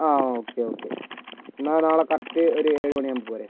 ആ okay okay എന്നാൽ നാളെ കറക്റ്റ് ഒരു ഏഴ് മണി ആകുമ്പോൾ പോരെ